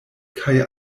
kaj